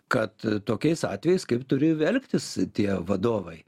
kad tokiais atvejais kaip turi elgtis tie vadovai